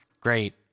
great